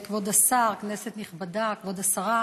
כבוד השר, כנסת נכבדה, כבוד השרה,